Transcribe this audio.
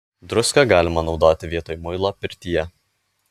druską galima naudoti vietoj muilo pirtyje